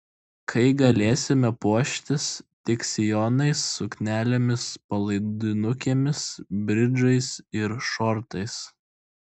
kai galėsime puoštis tik sijonais suknelėmis palaidinukėmis bridžais ir šortais